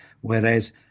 Whereas